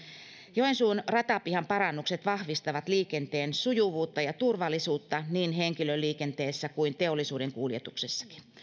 joensuun ratapihan parannukset vahvistavat liikenteen sujuvuutta ja turvallisuutta niin henkilöliikenteessä kuin teollisuuden kuljetuksissakin